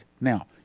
now